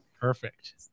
Perfect